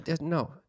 No